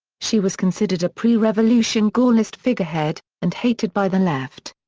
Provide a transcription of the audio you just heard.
she was considered a pre-revolution gaullist figurehead, and hated by the left.